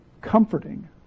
comforting